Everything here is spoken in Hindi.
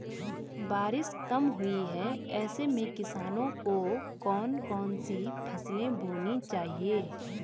बारिश कम हुई है ऐसे में किसानों को कौन कौन सी फसलें बोनी चाहिए?